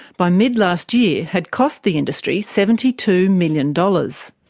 by mid-last year had cost the industry seventy two million dollars.